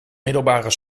middelbare